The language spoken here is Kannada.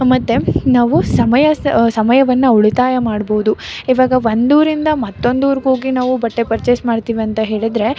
ಮತ್ತು ನಾವು ಸಮಯ ಸಮಯವನ್ನು ಉಳಿತಾಯ ಮಾಡ್ಬೋದು ಇವಾಗ ಒಂದೂರಿಂದ ಮತ್ತೊಂದು ಊರ್ಗೆ ಹೋಗಿ ನಾವು ಬಟ್ಟೆ ಪರ್ಚೆಸ್ ಮಾಡ್ತೀವಿ ಅಂತ ಹೇಳಿದರೆ